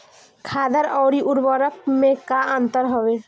खादर अवरी उर्वरक मैं का अंतर हवे?